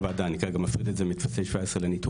הוועדה ואני כרגע מפריד את זה מטפסי 17 לניתוחים,